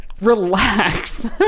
relax